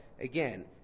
again